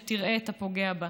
שתראה את הפוגע בה.